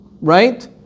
right